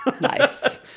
Nice